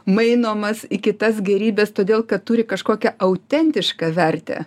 mainomas į kitas gėrybes todėl kad turi kažkokią autentišką vertę